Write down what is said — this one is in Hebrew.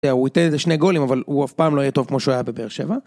הוא ייתן איזה שני גולים אבל הוא אף פעם לא יהיה טוב כמו שהוא היה בבאר שבע